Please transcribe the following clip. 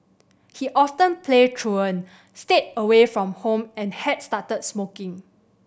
he often played truant stayed away from home and had started smoking